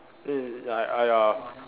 then I I !aiya!